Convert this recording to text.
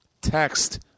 text